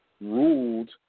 ruled